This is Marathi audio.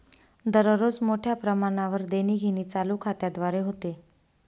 दररोज मोठ्या प्रमाणावर देणीघेणी चालू खात्याद्वारे होते